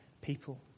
people